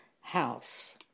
house